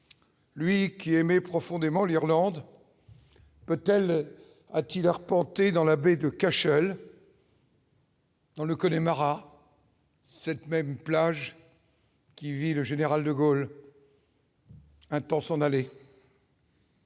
lui qui aimait profondément l'Irlande peut-elle a-t-il arpenter dans la baie de Cacharel. Dans le Connemara cette même plage qui vit le général de Gaulle. Un temps s'en aller.